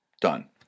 done